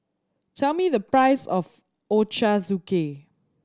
tell me the price of Ochazuke